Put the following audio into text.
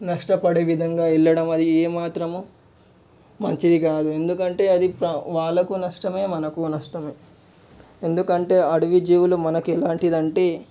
నష్టపడే విధంగా వెళ్ళడం అది ఏమాత్రము మంచిది కాదు ఎందుకంటే అది ప వాళ్ళకు నష్టమే మనకు నష్టమే ఎందుకంటే అడవి జీవులు మనకి ఎలాంటిదంటే